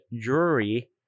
jury